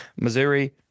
Missouri